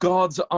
God's